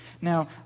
Now